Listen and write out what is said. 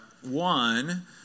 One